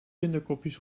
kinderkopjes